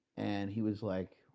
and he was like,